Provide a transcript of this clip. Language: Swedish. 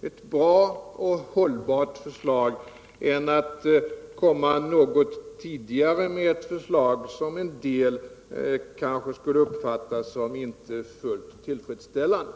ett bra och hållbart förslag än att komma något tidigare med ett förslag som en del kanske skulle uppfatta som inte fullt tillfredsställande.